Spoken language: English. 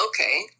okay